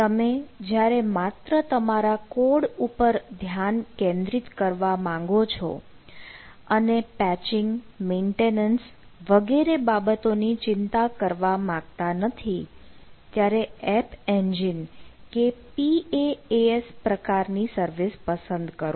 તમે જ્યારે માત્ર તમારા કોડ ઉપર ધ્યાન કેન્દ્રિત કરવા માંગો છો અને પેચિંગ મેન્ટેનન્સ વગેરે બાબતો ની ચિંતા કરવા માંગતા નથી ત્યારે એપ એન્જિન કે PaaS પ્રકારની સર્વિસ પસંદ કરો